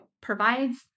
provides